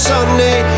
Sunday